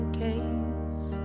case